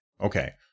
Okay